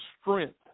strength